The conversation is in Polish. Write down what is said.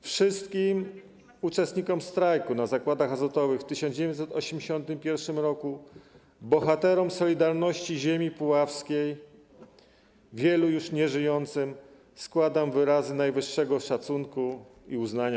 Wszystkim uczestnikom strajku w zakładach azotowych w 1981 r., bohaterom „Solidarności” ziemi puławskiej, wielu już nieżyjącym, składam wyrazy najwyższego szacunku i uznania.